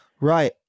Right